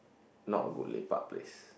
not a good lepak place